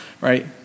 Right